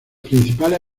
principales